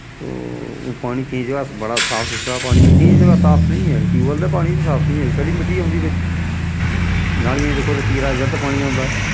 पानी केईं ज'गा अस बड़ा साफ सुथरा पानी केईं जग'गा साफ निं ऐ ट्यूबैल्ल दा पानी बी साफ निं ऐ छड़ी मिट्टी औंदी बिच्च नालियें च दिक्खो ते पीला जर्द पानी औंदा ऐ